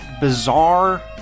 bizarre